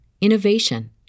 innovation